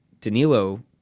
Danilo